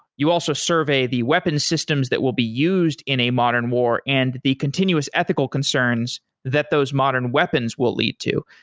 you also survey the weapons systems that will be used in a modern war and the continuous ethical concerns that those modern weapons will lead to.